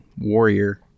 warrior